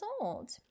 old